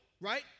right